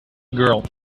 girl